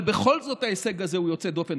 אבל בכל זאת ההישג הזה הוא יוצא דופן.